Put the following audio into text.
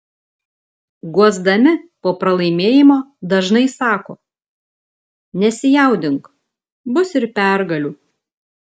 guosdami po pralaimėjimo dažnai sako nesijaudink bus ir pergalių